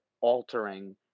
altering